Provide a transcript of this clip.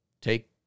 Take